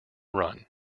run